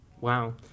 Wow